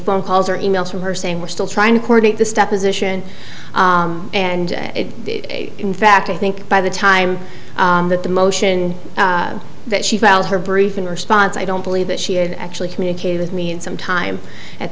phone calls or e mails from her saying we're still trying to coordinate the step is ition and in fact i think by the time that the motion that she found her brief in response i don't believe that she had actually communicate with me in some time at